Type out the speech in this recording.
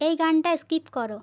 এই গানটা স্কিপ করো